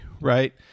right